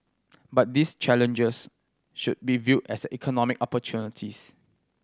but these challenges should be viewed as economic opportunities